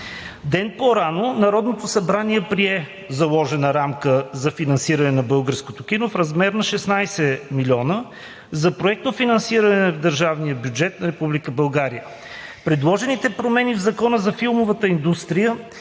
Ден по-рано Народното събрание прие заложена рамка за финансиране на българското кино в размер на 16 милиона за проектно финансиране на държавния бюджет на Република България. Предложените промени в Закона за филмовата индустрия